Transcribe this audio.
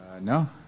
No